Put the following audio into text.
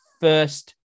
first